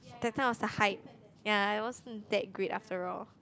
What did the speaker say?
the kinds of the hype ya it wasn't that great after all